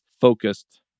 focused